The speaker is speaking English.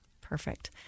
Perfect